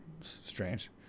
Strange